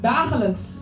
Dagelijks